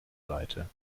seite